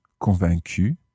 convaincu